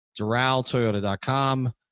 DoralToyota.com